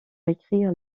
écrire